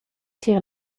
tier